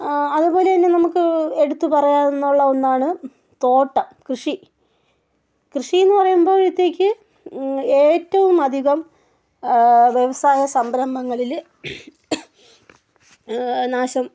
അതുപോലെ തന്നെ നമുക്ക് എടുത്തു പറയാവുന്നുള്ള ഒന്നാണ് തോട്ടം കൃഷി കൃഷി എന്ന് പറയുമ്പോഴത്തേക്ക് ഏറ്റവും അധികം വ്യവസായ സംരംഭങ്ങളിൽ നാശം